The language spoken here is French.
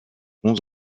onze